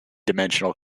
dimensional